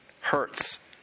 hurts